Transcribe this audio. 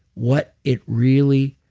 what it really